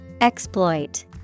Exploit